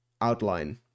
outline